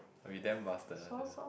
we damn bastard tell you